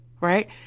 right